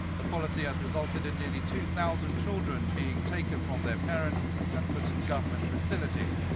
the policy has resulted in nearly two-thousand children being taken from their parents and put in government facilities.